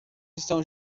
estão